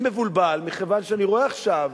אני מבולבל, מכיוון שאני רואה עכשיו,